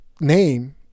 name